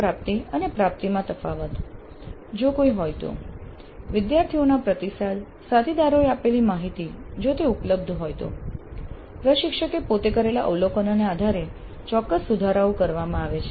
CO પ્રાપ્તિ અને પ્રાપ્તિમાં તફાવત જો કોઈ હોય તો વિદ્યાર્થીઓના પ્રતિસાદ સાથીદારોએ આપેલી માહિતી જો તે ઉપલબ્ધ હોય તો પ્રશિક્ષકે પોતે કરેલા અવલોકનોના આધારે ચોક્કસ સુધારાઓ કરવામાં આવે છે